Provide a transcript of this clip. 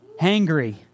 hangry